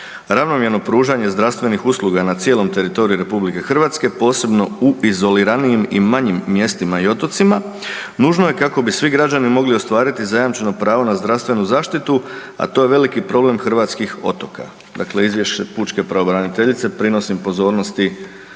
Ravnomjerno pružanje zdravstvenih usluga na cijelom teritoriju RH, posebno u izoliranijim i manjim mjestima i otocima, nužno je kako bi svi građani mogli ostvariti zajamčeno pravo na zdravstvenu zaštitu, a to je veliki problem hrvatskih otoka“. Dakle, izvješće pučke pravobraniteljice, prinosim pozornosti